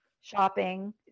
shopping